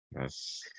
yes